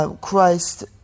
Christ